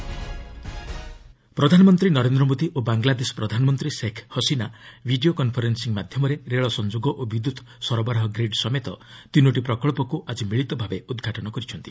Modi Bangladesh projects ପ୍ରଧାନମନ୍ତ୍ରୀ ନରେନ୍ଦ୍ର ମୋଦି ଓ ବାଙ୍ଗଲାଦେଶ ପ୍ରଧାନମନ୍ତ୍ରୀ ଶେଖ୍ ହାସିନା ଭିଡ଼ିଓ କନ୍ଫରେନ୍ସିଂ ମାଧ୍ୟମରେ ରେଳ ସଂଯୋଗ ଓ ବିଦ୍ୟୁତ୍ ସରବରାହ ଗ୍ରୀଡ୍ ସମେତ ତିନୋଟି ପ୍ରକଳ୍ପକୁ ଆଜି ମିଳିତ ଭାବେ ଉଦ୍ଘାଟନ କରିଛନ୍ତି